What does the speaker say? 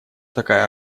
такая